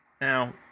Now